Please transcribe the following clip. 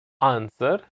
Answer